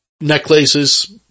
necklaces